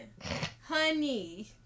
Honey